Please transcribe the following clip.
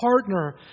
partner